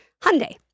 Hyundai